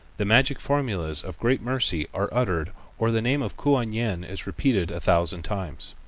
the magic formulas of great mercy are uttered or the name of kuan yin is repeated a thousand times.